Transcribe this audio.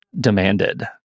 demanded